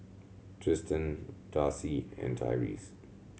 Tristen Darcie and Tyreese